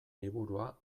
liburua